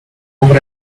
over